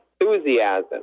enthusiasm